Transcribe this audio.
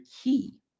key